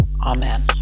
Amen